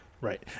Right